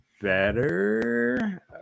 better